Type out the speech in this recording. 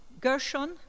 Gershon